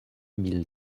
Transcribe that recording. mille